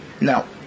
Now